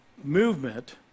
movement